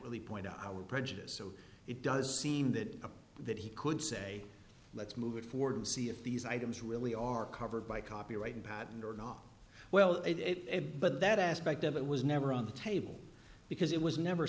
really point out our prejudice so it does seem that that he could say let's move forward and see if these items really are covered by copyright and patent or not well it but that aspect of it was never on the table because it was never